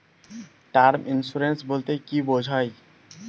Term insurance বলতে কী বোঝায়?